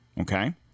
Okay